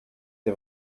the